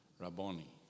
Rabboni